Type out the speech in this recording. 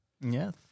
Yes